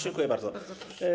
Dziękuję bardzo.